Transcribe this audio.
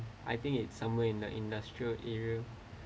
I think it's somewhere in the industrial area